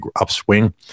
upswing